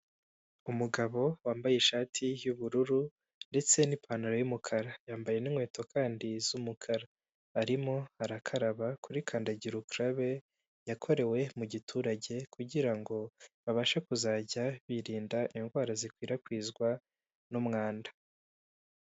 Umugabo wambaye ishati y'ubururu ndetse n'ipantaro y'umukara, yambaye inkweto kandi z'umukara, arimo arakaraba kuri kandagira ukarabe yakorewe mu giturage kugira ngo babashe kuzajya birinda indwara zikwirakwizwa n'umwanda.